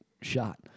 shot